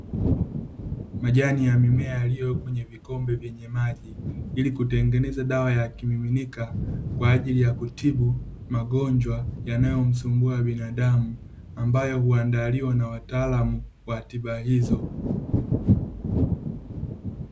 Majani ya mimea yaliyo kwenye vikombe vyenye maji, ili kutengeneza dawa ya kimiminika kwa ajili ya kutibu magonjwa yanayomsumbua binadamu, ambayo huandaliwa na wataalamu wa tiba hizo.